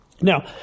Now